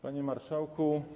Panie Marszałku!